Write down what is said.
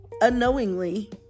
unknowingly